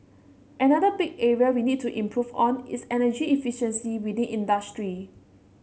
another big area we need to improve on is energy efficiency within industry